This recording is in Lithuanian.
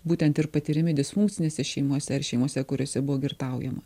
būtent ir patiriami disfunkcinėse šeimose ar šeimose kuriose buvo girtaujama